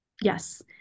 Yes